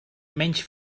menys